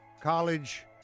college